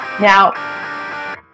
Now